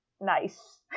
Nice